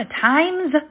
times